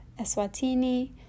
Eswatini